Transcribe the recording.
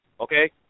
okay